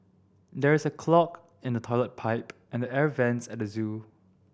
there is a clog in the toilet pipe and the air vents at the zoo